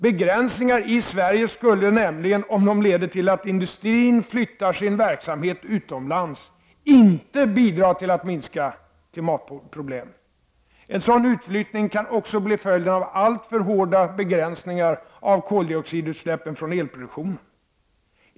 Begränsningar i Sverige skulle nämligen, om de leder till att industrin flyttar sin verksamhet utomlands, inte bidra till att minska klimatproblemen. En sådan utflyttning kan också bli följden av alltför hårda begränsningar av koldioxidutsläppen från elproduktionen.